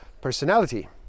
Personality